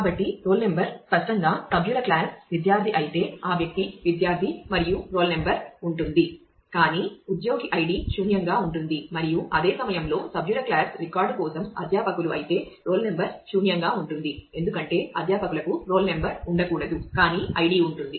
కాబట్టి roll number స్పష్టంగా సభ్యుల క్లాస్ విద్యార్థి అయితే ఆ వ్యక్తి విద్యార్థి మరియు రోల్ నంబర్ ఉంటుంది కానీ ఉద్యోగి ఐడి శూన్యంగా ఉంటుంది మరియు అదే సమయంలో సభ్యుల క్లాస్ రికార్డు కోసం అధ్యాపకులు అయితే రోల్ నంబర్ శూన్యంగా ఉంటుంది ఎందుకంటే అధ్యాపకులకు రోల్ నంబర్ ఉండకూడదు కానీ ఐడి ఉంటుంది